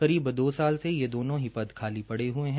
करीब दो साल से ये दोनों की पद खाली पड़े ह्ये है